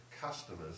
customers